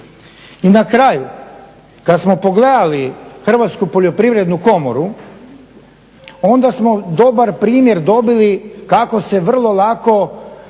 I na kraju kada smo pogledali Hrvatsku poljoprivrednu komoru onda smo dobar primjer dobili kako se vrlo lako